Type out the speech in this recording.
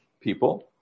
people